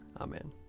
Amen